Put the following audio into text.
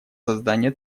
создание